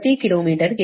0195Ω ಮತ್ತು 0